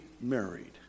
married